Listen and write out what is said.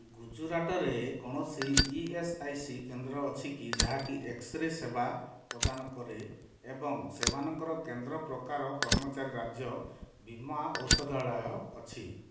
ଗୁଜୁରାଟ ରେ କୌଣସି E S I C କେନ୍ଦ୍ର ଅଛି କି ଯାହାକି ଏକ୍ସ୍ରେ ସେବା ପ୍ରଦାନ କରେ ଏବଂ ସେମାନଙ୍କର କେନ୍ଦ୍ର ପ୍ରକାର କର୍ମଚାରୀ ରାଜ୍ୟ ବୀମା ଔଷଧାଳୟ ଅଛି